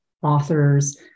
authors